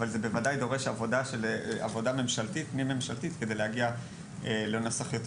אבל זה בוודאי דורש עבודה פנים-ממשלתית כדי להגיע לנוסח יותר